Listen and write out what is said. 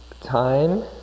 time